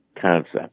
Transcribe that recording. concept